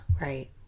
Right